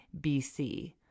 BC